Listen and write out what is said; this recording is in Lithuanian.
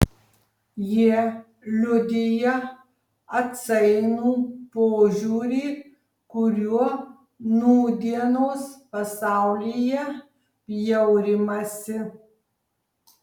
jie liudija atsainų požiūrį kuriuo nūdienos pasaulyje bjaurimasi